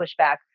pushback